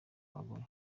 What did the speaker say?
abagore